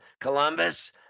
columbus